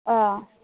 অঁ